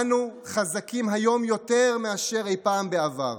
אנו חזקים היום יותר מאשר אי פעם בעבר.